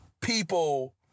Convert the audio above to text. people